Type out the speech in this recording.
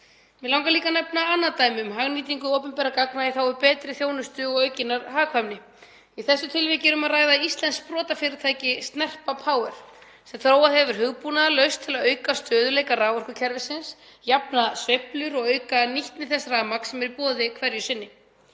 Mig langar líka að nefna annað dæmi um hagnýtingu opinna gagna í þágu betri þjónustu og aukinnar hagkvæmni. Í þessu tilviki er um að ræða íslenskt sprotafyrirtæki, Snerpa Power, sem þróað hefur hugbúnaðarlausn til að auka stöðuleika raforkukerfisins, jafna sveiflur og auka nýtni þess rafmagns sem er í boði hverju sinni.